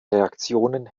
reaktionen